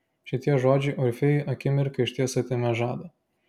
šitie žodžiai orfėjui akimirką išties atėmė žadą